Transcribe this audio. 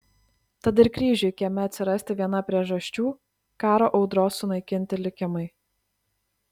tad ir kryžiui kieme atsirasti viena priežasčių karo audros sunaikinti likimai